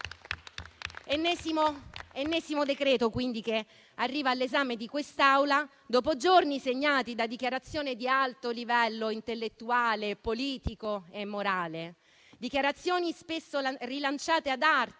Ennesimo decreto, quindi, che arriva all'esame di quest'Assemblea dopo giorni segnati da dichiarazioni di alto livello intellettuale, politico e morale, spesso rilasciate ad arte